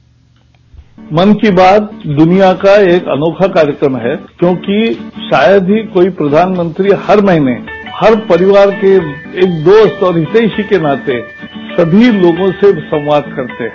bite Mann ki Baat दुनिया का एक अनोखा कार्यक्रम है क्योंकि शायद ही कोई प्रधानमंत्री हर महीने हर परिवार के एक दोस्त और हितैषी के नाते सभी लोगों से संवाद करते हैं